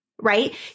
right